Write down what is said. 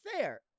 Fair